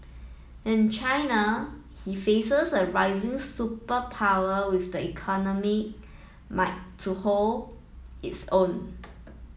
in China he faces a rising superpower with the economy might to hold is own